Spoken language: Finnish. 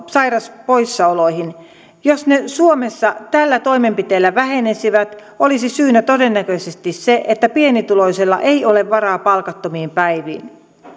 sairauspoissaoloihin jos ne suomessa tällä toimenpiteellä vähenisivät olisi syynä todennäköisesti se että pienituloisella ei ole varaa palkattomiin päiviin